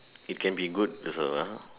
it can be good also lah